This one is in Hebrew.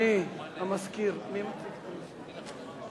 אדוני המזכיר, מי מציג את הנושא?